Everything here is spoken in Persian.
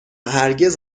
هرگز